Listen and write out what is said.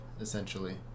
essentially